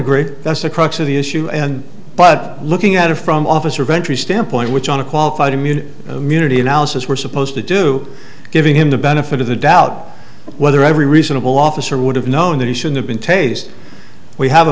agree that's the crux of the issue but looking at it from officer ventry standpoint which on a qualified immunity munity analysis we're supposed to do giving him the benefit of the doubt whether every reasonable officer would have known that he should have been tase we have a